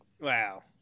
Wow